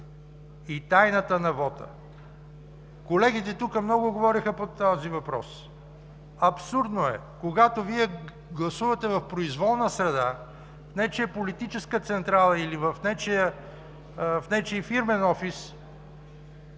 и тайната на вота. Колегите тук много говориха по този въпрос. Абсурдно е, че когато Вие гласувате в произволна среда, в нечия политическа централа или в нечий фирмен офис,